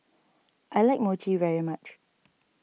I like Mochi very much